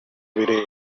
birere